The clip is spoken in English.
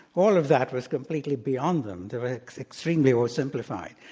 all of that was completely beyond them. they were extremely oversimplifying.